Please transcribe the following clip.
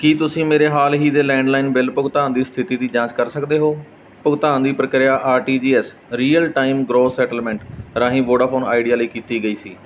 ਕੀ ਤੁਸੀਂ ਮੇਰੇ ਹਾਲ ਹੀ ਦੇ ਲੈਂਡਲਾਈਨ ਬਿੱਲ ਭੁਗਤਾਨ ਦੀ ਸਥਿਤੀ ਦੀ ਜਾਂਚ ਕਰ ਸਕਦੇ ਹੋ ਭੁਗਤਾਨ ਦੀ ਪ੍ਰਕਿਰਿਆ RTGS real time gross settlement ਰਾਹੀਂ ਵੋਡਾਫੋਨ ਆਈਡੀਆ ਲਈ ਕੀਤੀ ਗਈ ਸੀ